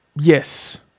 yes